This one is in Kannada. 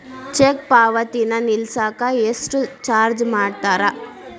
ಚೆಕ್ ಪಾವತಿನ ನಿಲ್ಸಕ ಎಷ್ಟ ಚಾರ್ಜ್ ಮಾಡ್ತಾರಾ